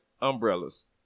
Umbrellas